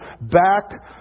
back